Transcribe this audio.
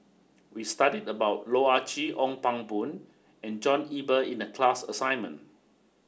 we studied about Loh Ah Chee Ong Pang Boon and John Eber in the class assignment